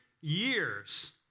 years